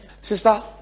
sister